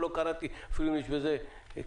לא קראתי אפילו אם יש בזה קנסות.